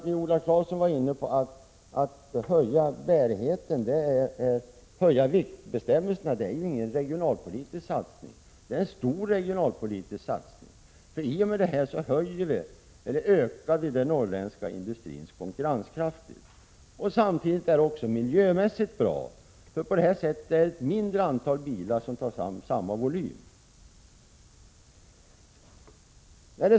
Viola Claesson sade att en höjning av fordonsvikterna inte är någon regionalpolitisk satsning. Men det är en stor regionalpolitisk satsning, eftersom vi i och med detta ökar den norrländska industrins konkurrenskraft. Det är samtidigt miljömässigt bra, eftersom det kommer att behövas ett mindre antal bilar för att transportera samma volym.